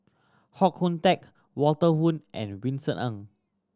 Hoon Teck Walter Woon and Vincent Ng